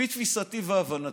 לפי תפיסתי והבנתי,